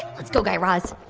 let's go, guy raz.